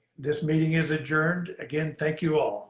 this meeting is adjourned. again, thank you all.